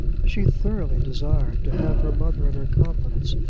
she thoroughly desired to have her mother in her confidence,